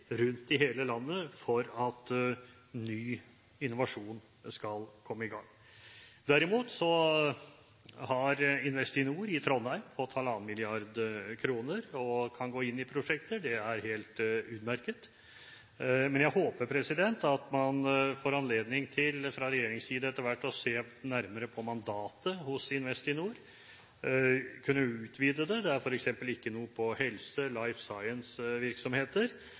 rundt i hele landet for at ny innovasjon skal komme i gang. Derimot har Investinor i Trondheim fått 1,5 mrd. kr og kan gå inn i prosjekter – det er helt utmerket. Men jeg håper at man får anledning til, fra regjeringens side, etter hvert å se nærmere på mandatet hos Investinor, kunne utvide det. Det er f.eks. ikke noe på